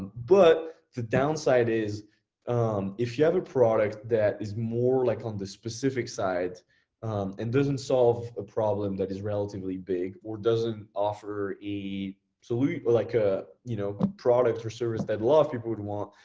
but the downside is if you have a product that is more like on the specific side and doesn't solve a problem that is relatively big or doesn't offer a solution or like a you know product or service that a lot of people would want,